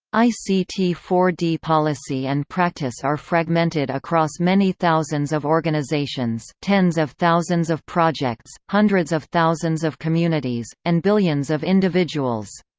i c t four d policy and practice are fragmented across many thousands of organisations, tens of thousands of projects, hundreds of thousands of communities, and billions of individuals.